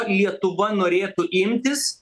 lietuva norėtų imtis